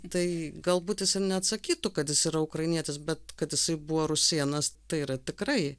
tai galbūt jis ir neatsakytų kad jis yra ukrainietis bet kad jisai buvo rusėnas tai yra tikrai